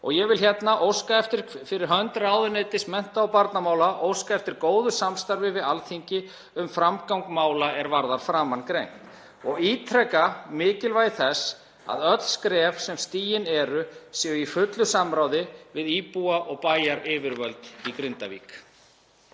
Ég vil hérna fyrir hönd ráðuneytis mennta- og barnamála óska eftir góðu samstarfi við Alþingi um framgang mála er varða framangreint og ítreka mikilvægi þess að öll skref sem stigin eru séu í fullu samráði við íbúa og bæjaryfirvöld í Grindavík.